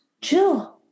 chill